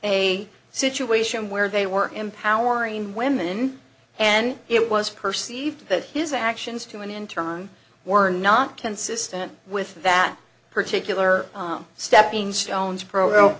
a situation where they were empowering women and it was perceived that his actions to him in turn were not consistent with that particular steppingstones pro